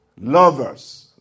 Lovers